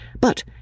But